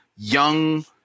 young